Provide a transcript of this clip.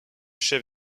chef